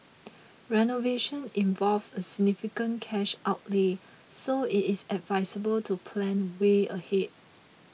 renovation involves a significant cash outlay so it is advisable to plan way ahead